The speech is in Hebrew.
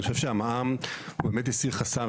אני חושב שהמע"מ באמת הסיר חסם.